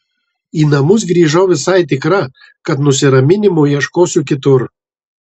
į namus grįžau visai tikra kad nusiraminimo ieškosiu kitur